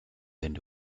into